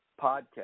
podcast